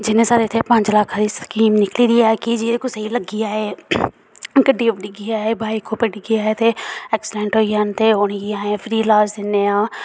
जियां स्हाड़े इत्थै पंज लक्ख दी स्कीम निकली दी ऐ की जे कुसा गी लग्गी जाए गड्डी उप्पर डिग्गी जाए बाइक उप्पर डिग्गी जाए ते एक्सीडेंट होई जान ते उनेंगी अहें फ्री लाज दिन्ने आं